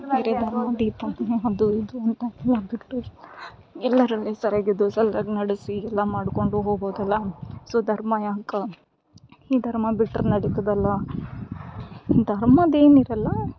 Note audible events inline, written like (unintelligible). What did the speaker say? (unintelligible) ದೀಪ ಅದುನು ಅದು ಇದು ಅಂತ ಎಲ್ಲ ಬಿಟ್ಟು ಎಲ್ಲಾರಲ್ಲಿ ಸರ್ಯಾಗಿ ಇದ್ದು ಸಲಾಗ್ ನಡೆಸಿ ಎಲ್ಲಾ ಮಾಡಿಕೊಂಡು ಹೋಗ್ಬೋದಲ್ಲ ಸೊ ಧರ್ಮ ಯಾಕೆ ಈ ಧರ್ಮ ಬಿಟ್ರೆ ನಡೀತದೆ ಅಲ್ವ ಧರ್ಮದೇನಿರಲ್ಲಾ